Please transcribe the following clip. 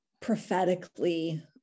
prophetically